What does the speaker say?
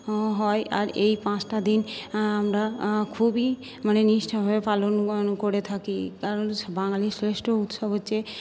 হয় আর এই পাঁচটা দিন আ আমরা আ খুবই মানে নিষ্ঠাভাবে পালন ওন করে থাকি কারণ স বাঙালীর শ্রেষ্ঠ উৎসব হচ্ছে